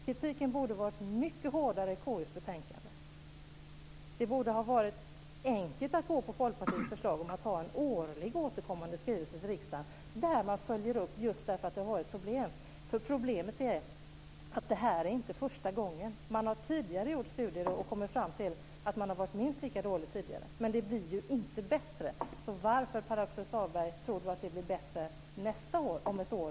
Kritiken borde ha varit mycket hårdare i konstitutionsutskottets betänkande. Det borde ha varit enkelt att gå på Problemet är att detta inte är första gången. Det har gjorts studier som visar att man tidigare har agerat minst lika dåligt, och det blir ju inte bättre. Så varför tror Pär Axel Sahlberg att det blir bättre nästa år?